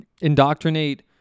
indoctrinate